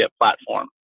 platform